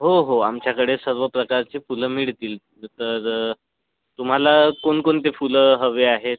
हो हो आमच्याकडे सर्व प्रकारची फुलं मिळतील तर तुम्हाला कोणकोणती फुलं हवे आहेत